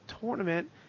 tournament –